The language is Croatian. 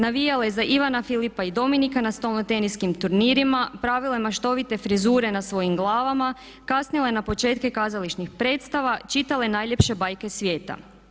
Navijale za Ivana, Filipa i Dominika na stolno teniskim turnirima, pravile maštovite frizure na svojim glavama, kasnile na početke kazališnih predstava, čitale najljepše bajke svijeta.